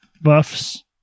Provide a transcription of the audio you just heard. buffs